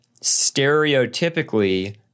stereotypically